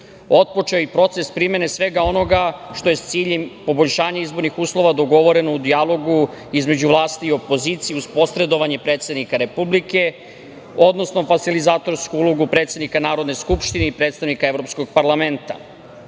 je i proces primene svega onoga što je s ciljem poboljšanja izbornih uslova dogovoreno u dijalogu između vlasti i opozicije, uz posredovanje predsednika Republike, odnosno facilitatorsku ulogu predsednika Narodne skupštine i predstavnika Evropskog parlamenta.